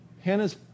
Hannah's